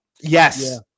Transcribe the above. Yes